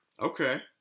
Okay